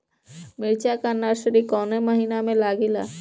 मिरचा का नर्सरी कौने महीना में लागिला?